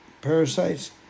Parasites